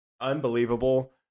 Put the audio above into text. unbelievable